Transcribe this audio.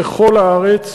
בכל הארץ.